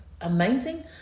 amazing